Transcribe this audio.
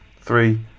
three